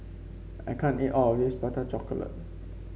I can't eat all of this Prata Chocolate